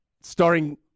Starring